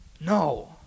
No